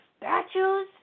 statues